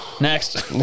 Next